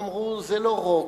אמרו: זה לא רוק,